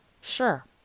Sure